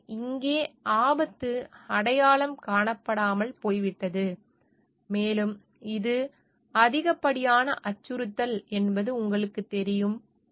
எனவே இங்கே ஆபத்து அடையாளம் காணப்படாமல் போய்விட்டது மேலும் இது அதிகப்படியான அச்சுறுத்தல் என்பது உங்களுக்குத் தெரியும்